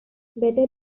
better